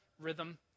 rhythm